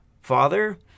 Father